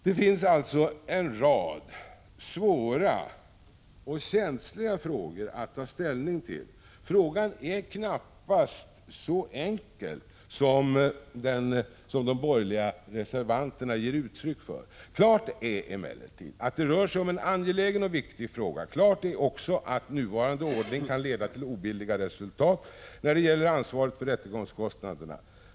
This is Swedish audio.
Det finns alltså en rad svåra och känsliga problem att ta ställning till. Frågan är knappast så enkel som de borgerliga reservanterna ger uttryck för. Klart är emellertid att det rör sig om en angelägen och viktig fråga. Klart är också att nuvarande ordning kan leda till obilliga resultat när det gäller ansvaret för rättegångskostnaderna.